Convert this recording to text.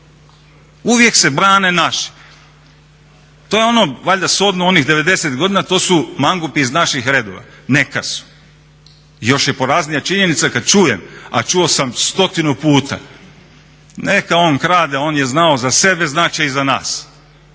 Uvijek se brane naši. To je ono valjda … onih '90.-ih godina, to su mangupi iz naših redova, neka su. Još je poraznija činjenica kad čujem, a čuo sam stotinu puta, neka on krade, on je znao za sebe, znat će i za nas.